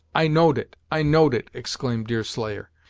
i know'd it i know'd it! exclaimed deerslayer,